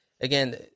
again